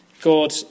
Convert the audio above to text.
God